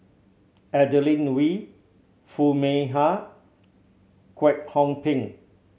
Adeline Ooi Foo Mee Har Kwek Hong Png